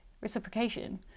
reciprocation